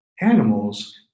animals